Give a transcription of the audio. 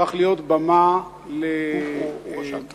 הפך להיות במה למיצג